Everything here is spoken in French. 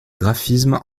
graphismes